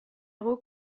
guk